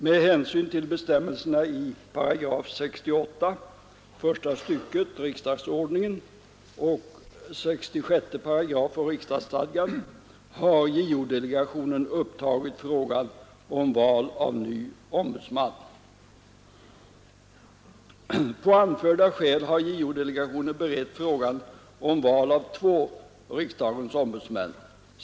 Med hänsyn till bestämmelserna i 68 § första stycket riksdagsordningen och 66 § riksdagsstadgan har JO-delegationen upptagit frågan om val av ny ombudsman. På anförda skäl har JO-delegationen berett frågan om val av två riksdagens ombudsmän.